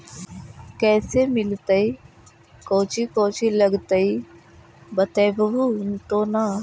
कैसे मिलतय कौची कौची लगतय बतैबहू तो न?